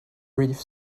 reef